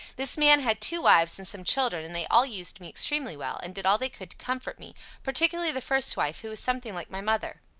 this man had two wives and some children, and they all used me extremely well, and did all they could to comfort me particularly the first wife, who was something like my mother.